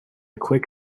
quick